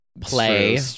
Play